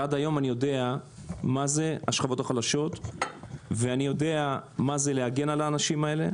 עד היום אני יודע מה זה השכבות החלשות ומה זה להגן על האנשים האלה.